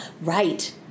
Right